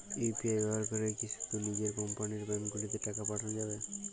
UPI ব্যবহার করে কি শুধু নিজের কোম্পানীর ব্যাংকগুলিতেই টাকা পাঠানো যাবে?